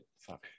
fuck